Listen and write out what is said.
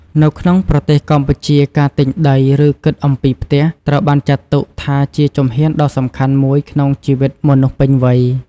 នៅក្នុងប្រទេសកម្ពុជាការទិញដី ឬគិតអំពីផ្ទះ ត្រូវបានចាត់ទុកថាជាជំហានដ៏សំខាន់មួយក្នុងជីវិតមនុស្សពេញវ័យ។